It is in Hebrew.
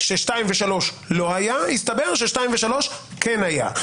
שהרמות השנייה והשלישית לא היו,